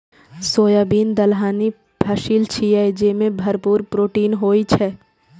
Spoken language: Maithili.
सोयाबीन दलहनी फसिल छियै, जेमे भरपूर प्रोटीन होइ छै